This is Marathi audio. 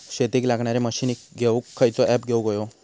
शेतीक लागणारे मशीनी घेवक खयचो ऍप घेवक होयो?